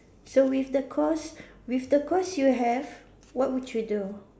so with the course with the course you have what would you do